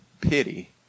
pity